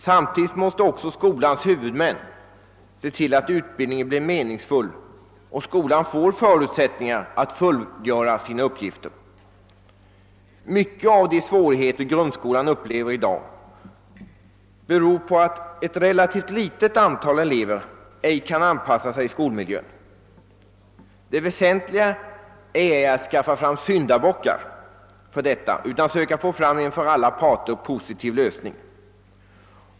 Samtidigt måste också skolans huvudmän se till, att utbildningen blir meningsfull och att skolan får förutsättningar att fullgöra sina uppgifter. Många av de svårigheter grundskolan upplever i dag beror på att ett relativt litet antal elever ej kan anpassa sig till skolmiljön. Det väsentliga är ej att skaffa fram syndabockar för detta utan att söka få fram en för alla parter positiv lösning.